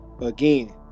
Again